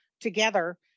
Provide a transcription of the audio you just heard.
together